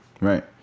right